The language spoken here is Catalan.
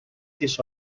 sis